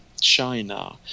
China